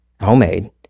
homemade